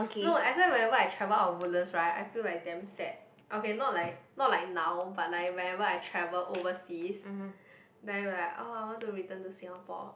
no that's why when I travel out of Woodlands right I feel like damn sad okay not like not like now but like whenever I travel overseas then i'll be like ah i want to return to singapore